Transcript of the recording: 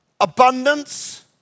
abundance